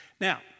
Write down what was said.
Now